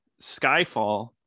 Skyfall